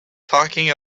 talking